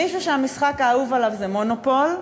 מישהו שהמשחק האהוב עליו זה "מונופול",